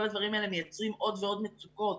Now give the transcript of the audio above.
כל הדברים האלה מייצרים עוד ועוד מצוקות